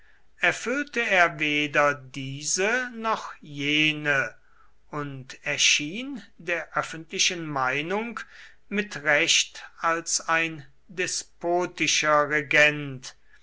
erfüllte er weder diese noch jene und erschien der öffentlichen meinung mit recht als ein despotischer regent